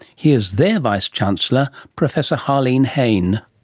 here's their vice-chancellor, professor harlene hayne.